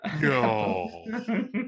No